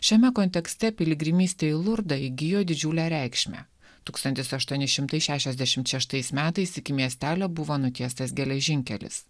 šiame kontekste piligrimystė į lurdą įgijo didžiulę reikšmę tūkstantis aštuoni šimtai šešiasdešimt šeštais metais iki miestelio buvo nutiestas geležinkelis